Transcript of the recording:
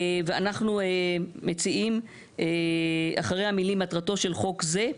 ואנחנו מציעים אחרי המילים "מטרתו של חוק זה"